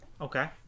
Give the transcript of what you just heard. Okay